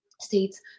states